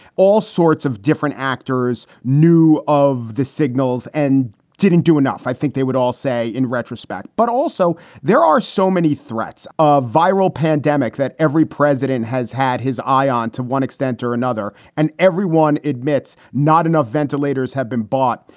all sorts of different actors knew of the signals and didn't do enough. i think they would all say in retrospect. but also there are so many threats of viral pandemic that every president has had his eye on to one extent or another. and everyone admits not enough ventilators have been bought.